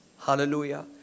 Hallelujah